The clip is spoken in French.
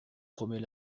promet